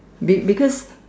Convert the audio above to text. be~ because